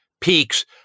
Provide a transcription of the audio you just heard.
peaks